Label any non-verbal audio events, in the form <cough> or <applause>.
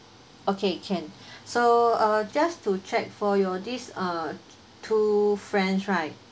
okay can <breath> so uh just to check for your this uh two friends right